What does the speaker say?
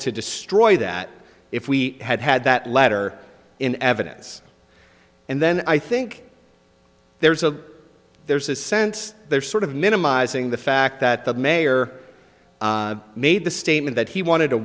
to destroy that if we had had that letter in evidence and then i think there's a there's a sense there's sort of minimizing the fact that the mayor made the statement that he wanted